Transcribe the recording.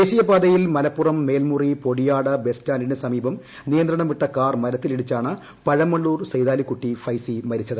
ദേശീയപാതയിൽ മലപ്പുറകൃമേൽമുറി പൊടിയാട്ബസ്റ്റാൻഡിന് സമീപം നിയന്ത്രണം വിട്ട കാർഗ്ഗൂര്ത്തിലിടിച്ചാണ് പഴമള്ളൂർ സെയ്താലിക്കട്ടി ഫൈസി മരിച്ചത്